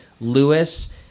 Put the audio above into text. lewis